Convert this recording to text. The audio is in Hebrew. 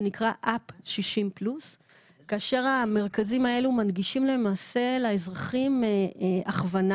שנקרא UP60+. המרכזים האלה מנגישים לאזרחים הכוונה